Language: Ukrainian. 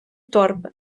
торби